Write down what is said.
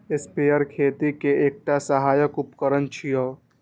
sprayer खेती के एकटा सहायक उपकरण छियै